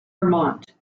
vermont